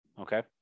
okay